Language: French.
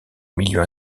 milieu